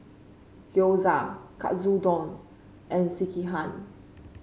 Gyoza Katsudon and Sekihan